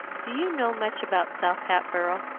do you know much about south hatboro'?